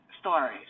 stories